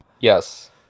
Yes